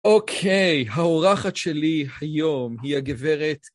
אוקיי, האורחת שלי היום היא הגברת...